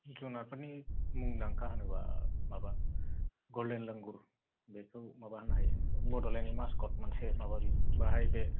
जुनादफोरनि मुंदांखा होनोबा माबा गल्देन लांगुर बेखौ माबा होननो हायो बडलेण्ड मासकथ मोनसे माबा बाहाय बे